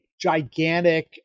gigantic